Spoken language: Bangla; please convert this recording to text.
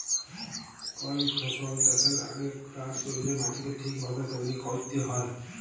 কল ফসল চাষের আগেক তার জল্যে মাটিকে ঠিক ভাবে তৈরী ক্যরতে হ্যয়